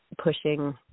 pushing